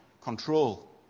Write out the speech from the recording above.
control